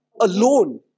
alone